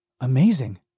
Amazing